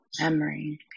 Memory